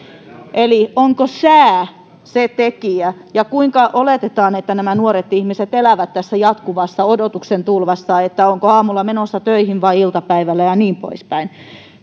eli onko sää se tekijä ja kuinka oletetaan että nämä nuoret ihmiset elävät tässä jatkuvassa odotuksessa että onko menossa töihin aamulla vai iltapäivällä ja niin poispäin